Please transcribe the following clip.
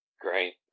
Great